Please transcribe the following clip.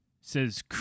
says